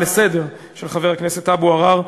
לסדר-היום של חבר הכנסת אבו עראר,